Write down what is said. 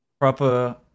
proper